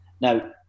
Now